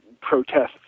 protests